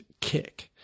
kick